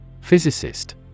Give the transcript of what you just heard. Physicist